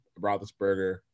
Roethlisberger